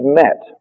met